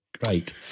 great